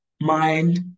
mind